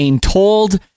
Told